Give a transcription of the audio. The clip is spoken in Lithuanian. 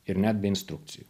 ir net be instrukcijų